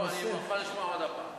אני מוכן לשמוע עוד פעם.